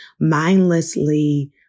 mindlessly